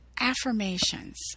affirmations